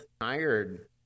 tired